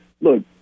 look